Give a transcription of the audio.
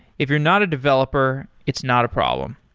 if you're not a developer, it's not a problem.